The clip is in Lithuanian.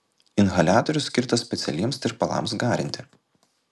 inhaliatorius skirtas specialiems tirpalams garinti